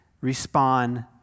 respond